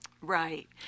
Right